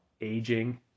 aging